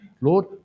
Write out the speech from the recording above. Lord